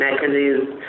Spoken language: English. mechanisms